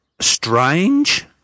strange